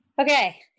okay